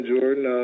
Jordan